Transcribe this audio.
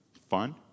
fun